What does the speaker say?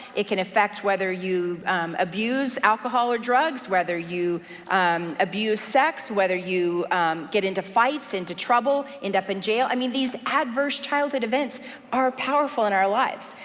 it can affect whether you abuse alcohol or drugs, whether you abuse sex, whether you get into fights, get into trouble, end up in jail. i mean these adverse childhood events are powerful in our lives.